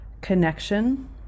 connection